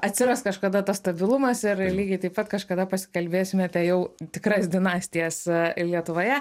atsiras kažkada tas stabilumas ir lygiai taip pat kažkada pasikalbėsime apie jau tikras dinastijas ir lietuvoje